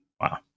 Wow